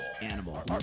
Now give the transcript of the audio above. Animal